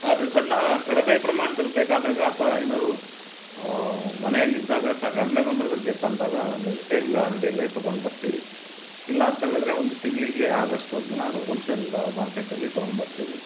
ಆದರೆ ಸಣ್ಣ ಕಡಿಮೆ ಪ್ರಮಾಣ್ದಲ್ಲಿ ಬೇಕಾದಾಗ ಅಥವಾ ಏನಾದ್ರೂ ಮನೆಯಲಿದ್ದಾಗ ಸಹ ಕಡಿಮೆ ಪ್ರಮಾಣ್ದದಲ್ಲಿ ಬೇಕು ಅಂದಾಗ ಒಂದು ರಿಟೇಲ್ ಅಂಗಡಿಯಲ್ಲೇ ತಗೊಂಡು ಬರ್ತೀವಿ ಇಲ್ಲಾಂತ ಹೇಳಿದ್ರೆ ಒಂದು ತಿಂಗಳಿಗೆ ಅಗೋಷ್ಟದನ್ನ ನಾವು ಹೋಲ್ಸೆಲ್ ಮಾರುಕಟ್ಟೆಲಿ ತಗೊಂಡು ಬರ್ತೀವಿ